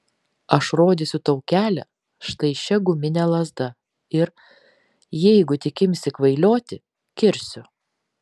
aš rodysiu tau kelią štai šia gumine lazda ir jeigu tik imsi kvailioti kirsiu